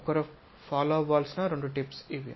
ఒకరు ఫాలో అవ్వాలిసిన రెండు టిప్స్ ఇవి